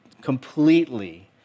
completely